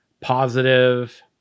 positive